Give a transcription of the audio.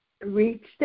reached